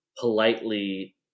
politely